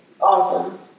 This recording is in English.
awesome